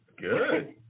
good